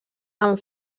amb